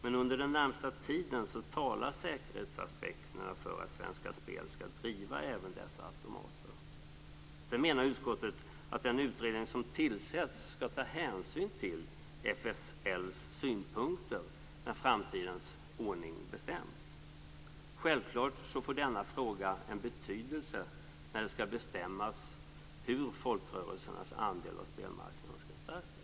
Men under den närmaste tiden talar säkerhetsaspekterna för att Svenska Spel skall driva även dessa automater. Sedan menar utskottet att den utredning som tillsätts skall ta hänsyn till FSL:s synpunkter när framtidens ordning bestäms. Självklart får denna fråga betydelse när det skall bestämmas hur folkrörelsernas andel av spelmarknaden skall stärkas.